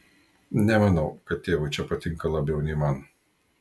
nemanau kad tėvui čia patinka labiau nei man